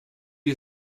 you